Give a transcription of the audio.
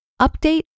Update